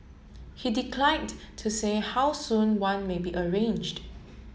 he declined to say how soon one may be arranged